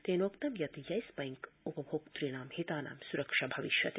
तेनोक्तं यत् yes bank उपभोक्तृणां हितानां सुरक्षा भविष्यति